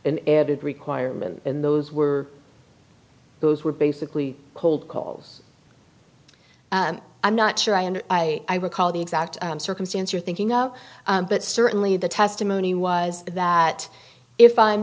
an added requirement in those were those were basically cold calls i'm not sure i and i recall the exact circumstance you're thinking of but certainly the testimony was that if i'm